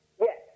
Yes